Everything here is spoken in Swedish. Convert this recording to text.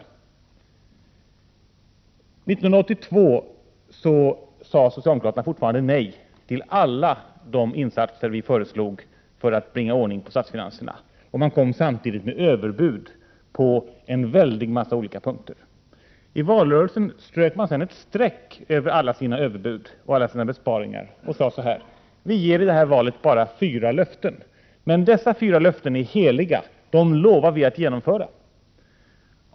År 1982 sade socialdemokraterna fortfarande nej till alla de insatser vi föreslog för att bringa ordning i statsfinanserna, och man kom samtidigt med överbud på en mängd olika punkter. I valrörelsen strök man sedan ett streck över alla sina överbud och nej till besparingar och sade så här: Vi ger vid det här valet bara fyra löften, men dessa fyra löften är heliga. Dem lovar vi att genomföra.